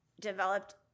developed